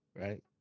Right